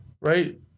Right